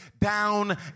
down